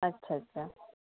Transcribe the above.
अच्छा अच्छा